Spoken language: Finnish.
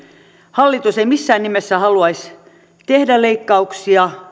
hallitus ei missään nimessä haluaisi tehdä leikkauksia